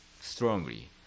strongly